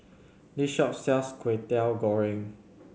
this shop sells Kwetiau Goreng